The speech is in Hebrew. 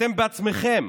אתם בעצמכם